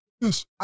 Yes